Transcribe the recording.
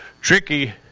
Tricky